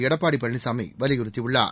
எடப்பாடி பழனிசாமி வலியுறுத்தியுள்ளார்